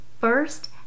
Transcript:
first